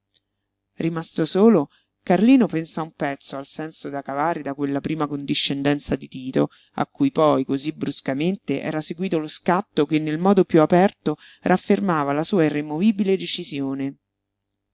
rimasto solo carlino pensò un pezzo al senso da cavare da quella prima condiscendenza di tito a cui poi cosí bruscamente era seguito lo scatto che nel modo piú aperto raffermava la sua irremovibile decisione